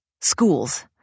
Schools